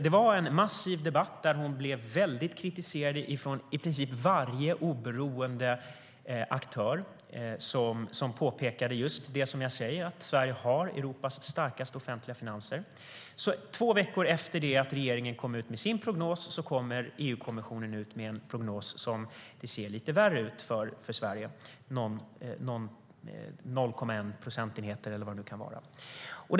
Det var en massiv debatt där hon blev väldigt kritiserad av i princip varje oberoende aktör, som påpekade just det jag nu har sagt, nämligen att Sverige har Europas starkaste offentliga finanser. Två veckor efter att regeringen kom med sin prognos kom EU-kommissionen med en prognos där det ser lite värre ut för Sverige - skillnaden är 0,1 procentenheter eller något sådant.